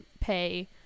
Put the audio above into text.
pay